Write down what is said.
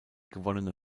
gewonnene